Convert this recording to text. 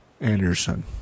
Anderson